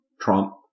Trump